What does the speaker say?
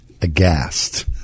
aghast